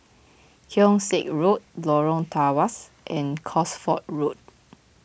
Keong Saik Road Lorong Tawas and Cosford Road